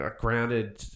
grounded